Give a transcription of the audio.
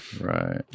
Right